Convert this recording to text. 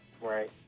Right